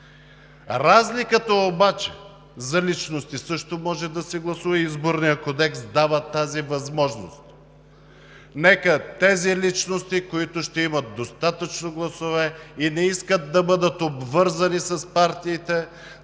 партии. За личности също може да се гласува. Изборният кодекс дава тази възможност. Нека тези личности, които ще имат достатъчно гласове и не искат да бъдат обвързани с партиите,